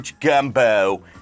gumbo